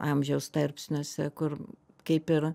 amžiaus tarpsniuose kur kaip ir